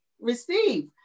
receive